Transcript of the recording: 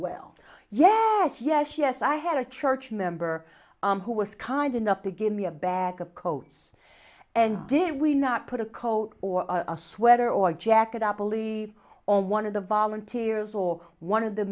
well yes yes yes i had a church member who was kind enough to give me a bag of coats and did we not put a coat or a sweater or jacket up believe on one of the volunteers or one of the